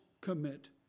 commit